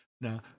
Now